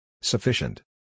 Sufficient